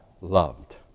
loved